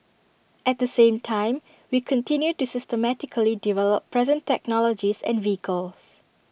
at the same time we continue to systematically develop present technologies and vehicles